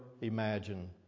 imagine